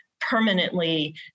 permanently